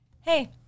Hey